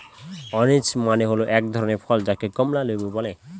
orange মানে হল এক ধরনের ফল যাকে কমলা লেবু বলে